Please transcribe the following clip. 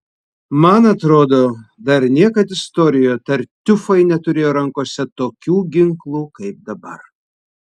man atrodo dar niekad istorijoje tartiufai neturėjo rankose tokių ginklų kaip dabar